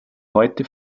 heute